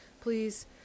please